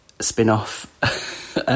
spin-off